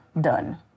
done